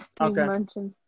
Okay